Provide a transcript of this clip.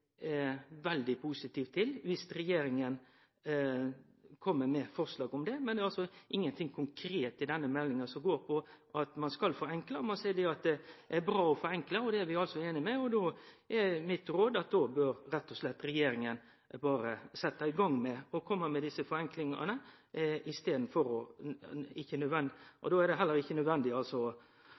vi veldig positive til, viss regjeringa kjem med forslag om det. Men det er ikkje noko konkret i denne meldinga som går på at ein skal forenkle. Ein seier at det er bra å forenkle, og det er vi einige i. Mitt råd er at då bør regjeringa rett og slett berre setje i gang og kome med desse forenklingane. Då er det heller ikkje nødvendig